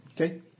Okay